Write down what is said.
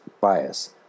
bias